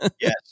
Yes